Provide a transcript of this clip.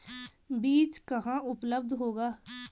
बीज कहाँ उपलब्ध होगा?